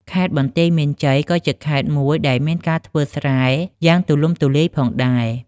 ខេត្តបន្ទាយមានជ័យ ក៏ជាខេត្តមួយដែលមានការធ្វើស្រែយ៉ាងទូលំទូលាយផងដែរ។